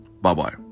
Bye-bye